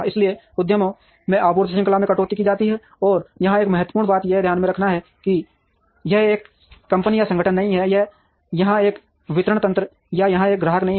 इसलिए उद्यमों में आपूर्ति श्रृंखला में कटौती की जाती है और यहां एक महत्वपूर्ण बात यह ध्यान रखना है कि यह एक कंपनी या संगठन नहीं है यह यहां एक वितरण तंत्र या यहां एक ग्राहक नहीं है